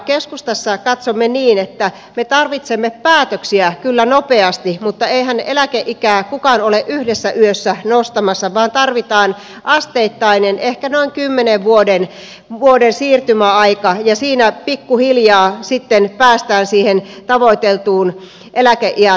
keskustassa katsomme niin että me tarvitsemme päätöksiä kyllä nopeasti mutta eihän eläkeikää kukaan ole yhdessä yössä nostamassa vaan tarvitaan asteittainen ehkä noin kymmenen vuoden siirtymäaika ja siinä pikkuhiljaa sitten päästään siihen tavoiteltuun eläkeiän nostoon